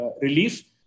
relief